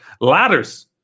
Ladders